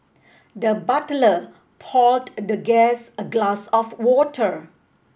the butler poured the guest a glass of water